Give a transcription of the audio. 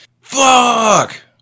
Fuck